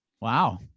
wow